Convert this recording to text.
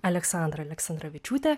aleksandrą aleksandravičiūtę